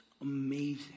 amazing